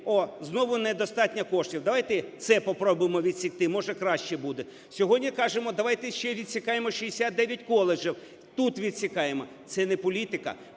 – знову недостатньо коштів, давайте це попробуємо відсікти, може краще буде. Сьогодні кажемо давайте ще відсікаємо 69 коледжів, тут відсікаємо. Це не політика.